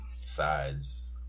sides